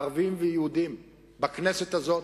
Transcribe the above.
ערבים ויהודים בכנסת הזאת,